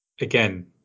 again